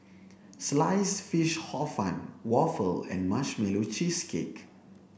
sliced fish hor fun waffle and marshmallow cheesecake